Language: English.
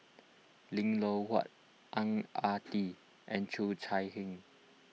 Lim Loh Huat Ang Ah Tee and Cheo Chai Hiang